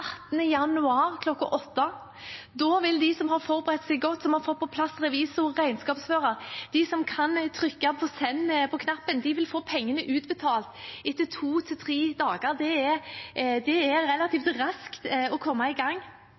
januar kl. 8. Da vil de som har forberedt seg godt, de som har fått på plass revisor og regnskapsfører, de som kan trykke på send-knappen, få pengene utbetalt etter to–tre dager. Det er å komme relativt raskt i gang. Vi har utsatt skatter og avgifter for å hjelpe nå i